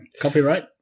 Copyright